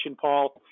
Paul